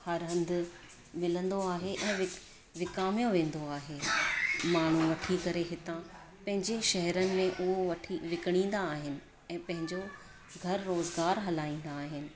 हर हंधि मिलंदो आहे ऐं विक विकामियो वेंदो आहे माण्हू वठी करे हितां पंहिंजे शहरनि में उहो वठी विकिणींदा आहिनि ऐं पंहिंजो घरु रोज़गारु हलाईंदा आहिनि